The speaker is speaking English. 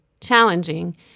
challenging